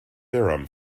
theorem